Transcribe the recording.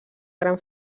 gran